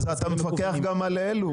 אז אתה מפקח גם על אלו.